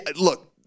look